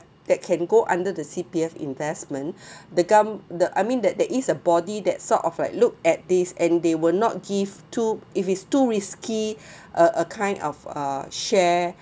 that can go under the C_P_F investment the gov~ the I mean that there is a body that sort of like look at this and they will not give too if it's too risky a a kind of uh share